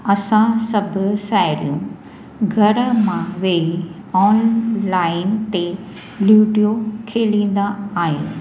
असां सभु साहेड़ियूं घर मां वई ऑनलाइन ते लूडियो खेॾींदा आहियूं